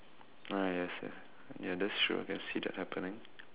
ah yes yes ya that's true I can see that happening